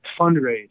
fundraise